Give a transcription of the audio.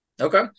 Okay